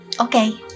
Okay